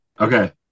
okay